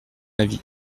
avis